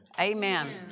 Amen